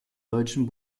deutschen